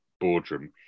boardroom